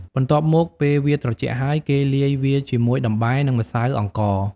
បន្ទាប់មកពេលវាត្រជាក់ហើយ គេលាយវាជាមួយដំបែ និងម្សៅអង្ករ។